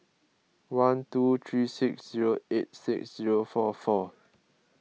one two three six zero eight six zero four four